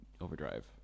overdrive